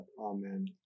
Amen